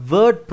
Word